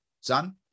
son